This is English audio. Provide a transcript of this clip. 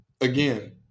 again